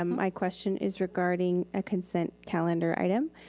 um my question is regarding a consent calendar item.